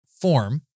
form